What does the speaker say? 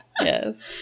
Yes